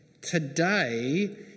Today